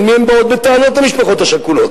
אל מי הן באות בטענות, המשפחות השכולות?